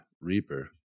reaper